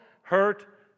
hurt